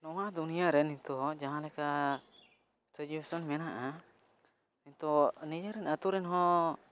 ᱱᱚᱣᱟ ᱫᱩᱱᱤᱭᱟᱹᱨᱮ ᱱᱤᱛᱚᱜ ᱡᱟᱦᱟᱸᱞᱮᱠᱟ ᱥᱟᱡᱮᱥᱚᱱ ᱢᱮᱱᱟᱜᱼᱟ ᱱᱤᱛᱚᱜ ᱱᱤᱡᱮᱨᱮᱱ ᱟᱛᱩᱨᱮᱱ ᱦᱚᱸ